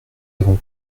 avons